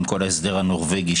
עם כל ההסדר הנורבגי,